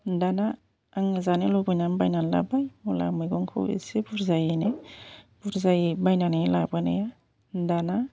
दाना आं जानो लुबैनानै बायनानै लाबोबाय मुला मैगंखौ इसे बुरजायैनो बुरजायै बायनानै लाबोनाया दाना